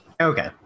Okay